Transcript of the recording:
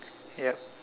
yup